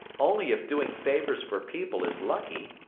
only if doing favors for people is lucky.